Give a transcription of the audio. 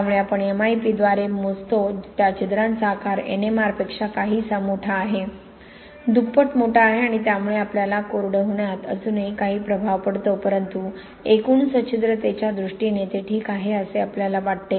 त्यामुळे आपण M I P द्वारे मोजतो त्या छिद्रांचा आकार N M R पेक्षा काहीसा मोठा आहे दुप्पट मोठा आहे आणि त्यामुळे आपल्याला कोरडे होण्यात अजूनही काही प्रभाव पडतो परंतु एकूण सच्छिद्रतेच्या दृष्टीने ते ठीक आहे असे आपल्याला वाटते